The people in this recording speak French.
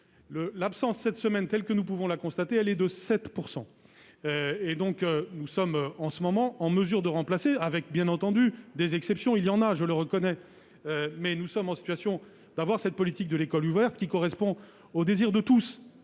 d'absence cette semaine, tel que nous pouvons le constater, est de 7 %, donc nous sommes en ce moment en mesure de remplacer, avec, bien entendu, des exceptions. Il y en a, je le reconnais, mais nous sommes bel et bien en situation de mener cette politique de l'école ouverte, qui correspond au désir de tous,